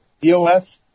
DOS